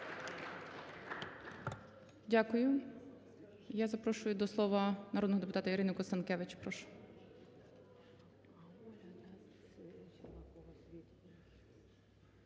Дякую. Я прошу до слова народного депутата Ірину Констанкевич. Прошу.